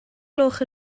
gloch